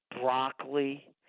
broccoli